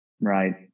Right